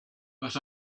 but